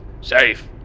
safe